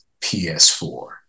ps4